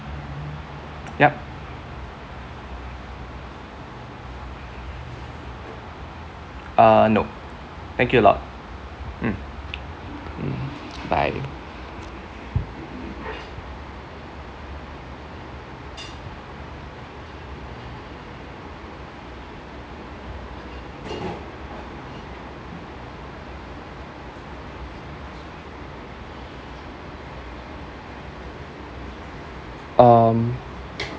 yup uh no thank you a lot mm mm bye um